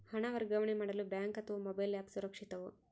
ಹಣ ವರ್ಗಾವಣೆ ಮಾಡಲು ಬ್ಯಾಂಕ್ ಅಥವಾ ಮೋಬೈಲ್ ಆ್ಯಪ್ ಸುರಕ್ಷಿತವೋ?